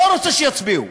לא רוצה שיצביעו.